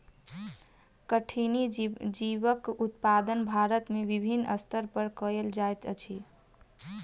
कठिनी जीवक उत्पादन भारत में विभिन्न स्तर पर कयल जाइत अछि